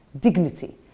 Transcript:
dignity